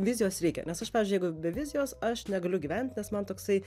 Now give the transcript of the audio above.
vizijos reikia nes aš pavyzdžiui jeigu be vizijos aš negaliu gyvent nes man toksai